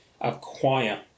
acquire